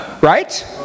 Right